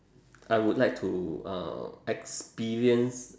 I would like to uh experience